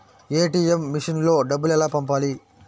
ATM మెషిన్లో డబ్బులు ఎలా పంపాలి?